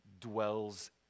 dwells